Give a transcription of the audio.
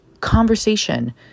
conversation